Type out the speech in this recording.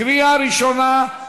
לקריאה ראשונה,